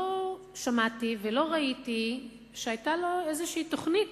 לא שמעתי ולא ראיתי שהיתה לו איזו תוכנית